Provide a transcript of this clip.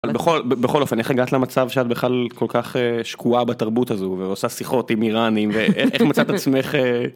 בכל אופן איך הגעת למצב שאת בכלל כל כך שקועה בתרבות הזו ועושה שיחות עם איראנים ואיך מצאת עצמך.